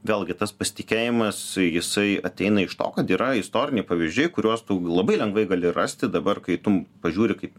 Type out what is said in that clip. vėlgi tas pasitikėjimas jisai ateina iš to kad yra istoriniai pavyzdžiai kuriuos tu labai lengvai gali rasti dabar kai tu pažiūri kaip